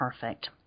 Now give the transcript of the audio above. Perfect